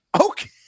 Okay